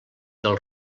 del